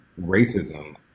racism